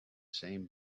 same